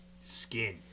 skin